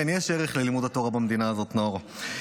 כן, יש ערך ללימוד התורה במדינה הזאת, נאור.